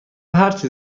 هرچه